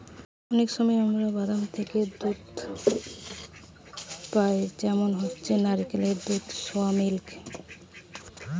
অনেক সময় আমরা বাদাম থিকে দুধ পাই যেমন হচ্ছে নারকেলের দুধ, সোয়া মিল্ক